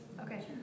Okay